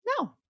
No